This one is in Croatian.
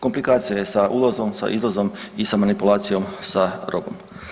Komplikacija je sa ulazom, sa izlazom i sa manipulacijom sa robom.